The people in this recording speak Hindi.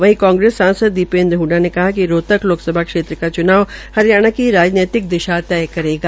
वहीं कांग्रेस सांसद दीपेन्द्र हडा ने कहा िक रोहतक लोकसभा क्षेत्र का च्नाव हरियाणा की राजनीतिक दिशा तय करेगा